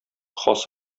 хас